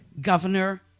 Governor